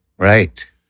Right